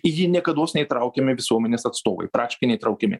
į jį niekados neįtraukiami visuomenės atstovai praktiškai neįtraukiami